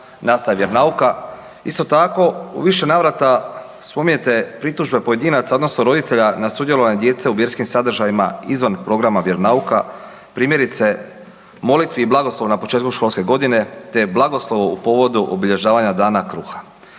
nastava vjeronauka, isto tako u više navrata spominjete pritužbe pojedinaca odnosno roditelja na sudjelovanje djece u vjerskim sadržajima izvan programa vjeronauka primjerice molitvi i blagoslovu na početku školske godine te blagoslovu u povodu obilježavanja Dana kruha.